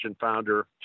founder